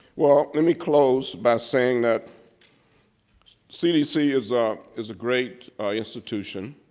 well, let me close by saying that cdc is ah is a great institution,